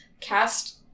cast